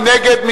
מי נגד?